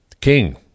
King